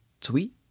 Sweet